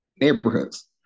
neighborhoods